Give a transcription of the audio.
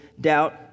doubt